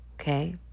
okay